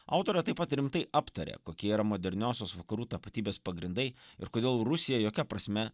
autorė taip pat rimtai aptarė kokie yra moderniosios vakarų tapatybės pagrindai ir kodėl rusija jokia prasme